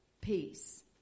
peace